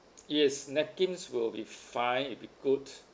yes napkins will be fine if you could